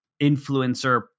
influencer